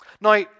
Now